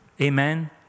Amen